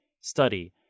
study